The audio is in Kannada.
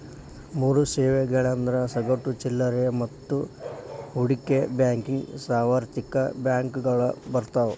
ಮೂರ್ ಸೇವೆಗಳಂದ್ರ ಸಗಟು ಚಿಲ್ಲರೆ ಮತ್ತ ಹೂಡಿಕೆ ಬ್ಯಾಂಕಿಂಗ್ ಸಾರ್ವತ್ರಿಕ ಬ್ಯಾಂಕಗಳು ಬರ್ತಾವ